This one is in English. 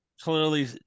clearly